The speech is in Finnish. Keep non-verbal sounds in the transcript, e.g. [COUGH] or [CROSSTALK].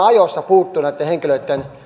[UNINTELLIGIBLE] ajoissa puuttua näitten henkilöitten